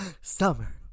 summer